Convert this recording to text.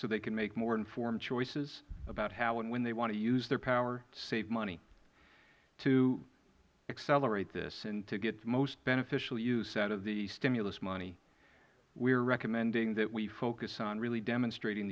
so they can make more informed choices about how and when they want to use their power to save money to accelerate this and to get the most beneficial use out of the stimulus money we are recommending that we focus on really demonstrating